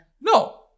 No